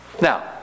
Now